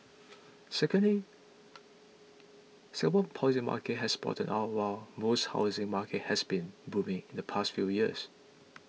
secondly Singapore's posing market has bottomed out while most housing markets have been booming in the past few years